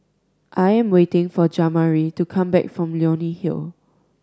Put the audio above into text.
I am waiting for Jamari to come back from Leonie Hill